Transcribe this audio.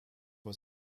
was